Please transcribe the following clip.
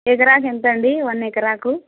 ఎకరాకి ఎంతండి వన్ ఎకరాకు